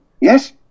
yes